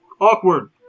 awkward